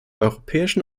europäischen